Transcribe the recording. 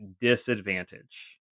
disadvantage